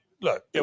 Look